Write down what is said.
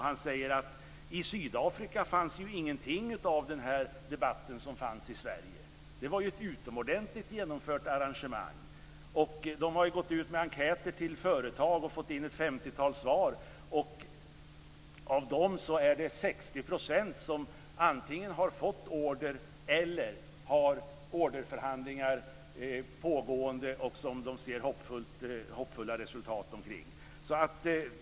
Han säger att i Sydafrika fanns ingenting av den debatt som fanns i Sverige och att det var ett utomordentligt genomfört arrangemang. Exportrådet i Sydafrika har gått ut med enkäter till företag och fått in ett femtiotal svar. Av dem är det 60 % som antingen har fått order eller har orderförhandlingar pågående och som de ser hoppfulla resultat av.